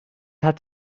hat